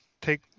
take